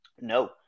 No